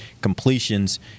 completions